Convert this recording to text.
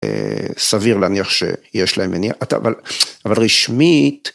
סביר להניח שיש להם מניע, אתה אבל אבל רשמית...